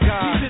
God